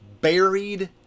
buried